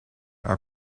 are